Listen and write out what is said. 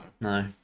no